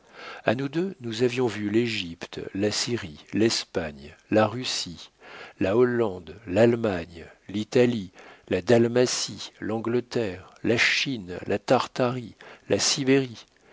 a nous deux nous avions vu l'égypte la syrie l'espagne la russie la hollande l'allemagne l'italie la dalmatie l'angleterre la chine la tartarie la sibérie